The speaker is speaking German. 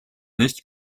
nicht